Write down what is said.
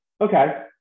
Okay